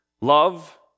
love